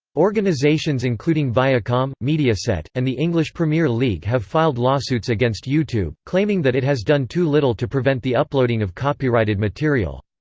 organizations including viacom, mediaset, and the english premier league have filed lawsuits against youtube, claiming that it has done too little to prevent the uploading of copyrighted material.